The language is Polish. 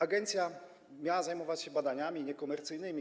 Agencja miała zajmować się badaniami niekomercyjnymi.